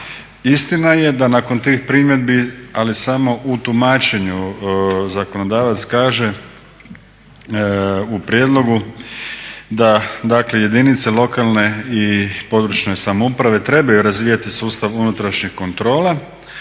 Istina je da nakon tih primjedbi, ali samo u tumačenju zakonodavac kaže u prijedlogu da dakle jedinice lokalne i područne samouprave trebaju razvijati sustav unutrašnjih kontrola